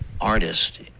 artist